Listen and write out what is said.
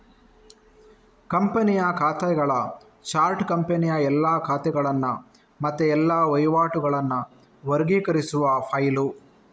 ಕಂಪನಿಯ ಖಾತೆಗಳ ಚಾರ್ಟ್ ಕಂಪನಿಯ ಎಲ್ಲಾ ಖಾತೆಗಳನ್ನ ಮತ್ತೆ ಎಲ್ಲಾ ವಹಿವಾಟುಗಳನ್ನ ವರ್ಗೀಕರಿಸುವ ಫೈಲು